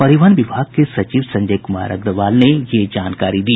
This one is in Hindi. परिवहन विभाग के सचिव संजय कुमार अग्रवाल ने यह जानकारी दी